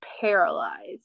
paralyzed